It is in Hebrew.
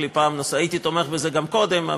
הייתי תומך בזה גם קודם,